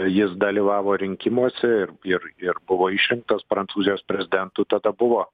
jis dalyvavo rinkimuose ir ir ir buvo išrinktas prancūzijos prezidentu tada buvo